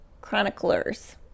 chroniclers